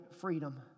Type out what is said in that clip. freedom